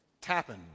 tapping